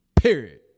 Period